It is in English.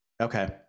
Okay